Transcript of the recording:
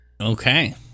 Okay